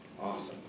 Awesome